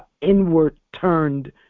inward-turned